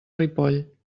ripoll